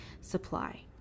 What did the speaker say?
supply